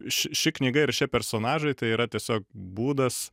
ši ši knyga ir šie personažai tai yra tiesiog būdas